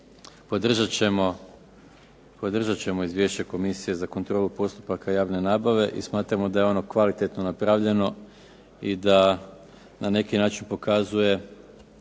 podržat ćemo Izvješće Komisije za kontrolu postupaka javne nabave i smatramo da je ono kvalitetno napravljeno i da na neki način pokazuje